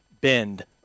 bend